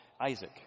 Isaac